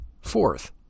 Fourth